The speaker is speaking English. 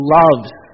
loves